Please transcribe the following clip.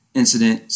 incident